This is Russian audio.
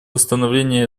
восстановления